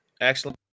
excellent